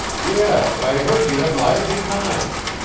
yes, i heard you had lively times.